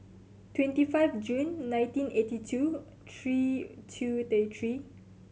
twenty five June nineteen eighty two three two thirty three